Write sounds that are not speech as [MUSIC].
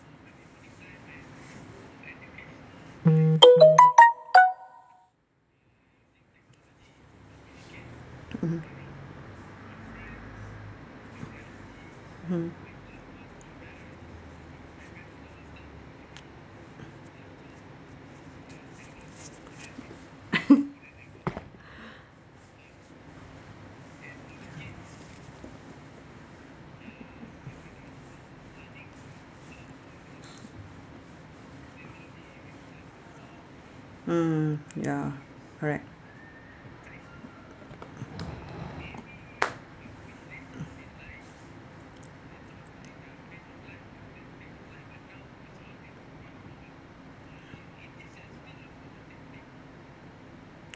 mmhmm hmm [LAUGHS] mm ya correct